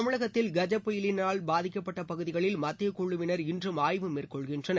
தமிழகத்தில் கஜா புயலினால் பாதிக்கப்பட்ட பகுதிகளில் மத்தியக் குழுவினர் இன்றும் ஆய்வு மேற்கொள்கின்றனர்